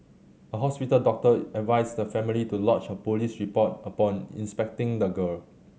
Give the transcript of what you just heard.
a hospital doctor advised the family to lodge a police report upon inspecting the girl